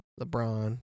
LeBron